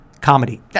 comedy